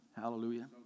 Hallelujah